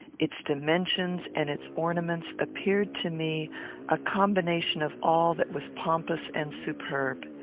its dimensions, and its ornaments, appeared to me a combination of all that was pompous and superb.